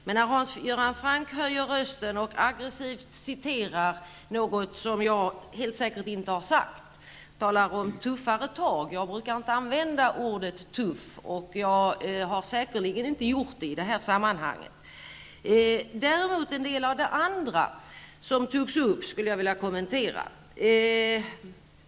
Men när Hans Göran Franck höjer rösten och aggressivt citerar något som jag helt säkert inte har sagt vill jag påtala detta. Han talar om ''tuffare tag''. Jag brukar inte använda ordet tuff, och jag har säkerligen inte gjort det i det här sammanhanget. En del av det andra som togs upp skulle jag däremot vilja kommentera.